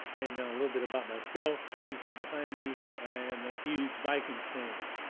and little bit about myself as you see behind me here i am a huge vikings fan.